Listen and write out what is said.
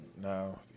now